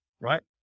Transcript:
Right